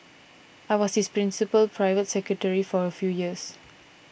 I was his principal private secretary for a few years